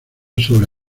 sobre